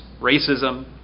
racism